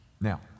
Now